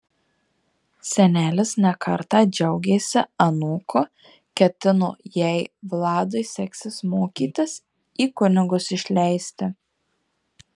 senelis ne kartą džiaugėsi anūku ketino jei vladui seksis mokytis į kunigus išleisti